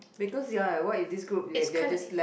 because ya what if this group they they are just left